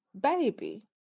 baby